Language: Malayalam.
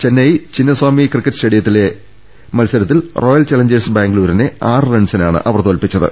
ചെന്നൈ ചിന്നസ്വാമി ക്രിക്കറ്റ് സ്റ്റേഡിയത്തിൽ റോയൽ ചല ഞ്ചേഴ്സ് ബംഗ്ലൂരിനെ ആറ് റൺസിനാണ് അവർ തോൽപ്പിച്ചത്